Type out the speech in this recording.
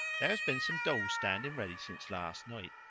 there has been some dough standing ready since last night,